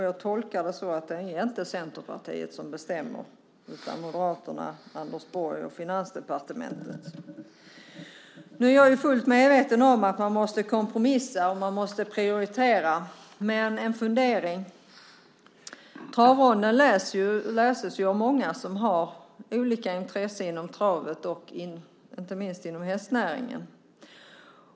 Jag tolkar det så att det inte är Centerpartiet som bestämmer utan Moderaterna, Anders Borg och Finansdepartementet. Nu är jag fullt medveten om att man måste kompromissa och prioritera, men jag har ändå en fundering. Travronden läses ju av många som har olika intressen inom travet och inte minst inom hästnäringen.